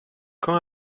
come